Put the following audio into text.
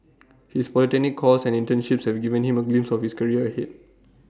his polytechnic course and internships have given him A glimpse of his career ahead